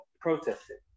protesting